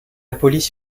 police